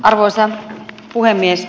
arvoisa puhemies